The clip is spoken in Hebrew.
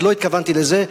ולא התכוונתי לש"ס.